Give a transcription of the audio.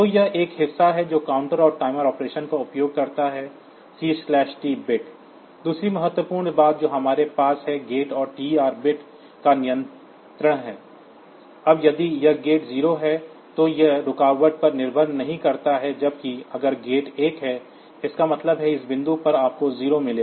तो यह एक हिस्सा है जो काउंटर और टाइमर ऑपरेशन का उपयोग करता है C T बिट दूसरी महत्वपूर्ण बात जो हमारे पास है गेट और TR बिट्स का नियंत्रण अब यदि यह गेट 0 है तो यह रुकावट पर निर्भर नहीं करता है जबकि अगर गेट 1 है इसका मतलब है इस बिंदु पर आपको 0 मिलेगा